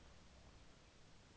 okay ya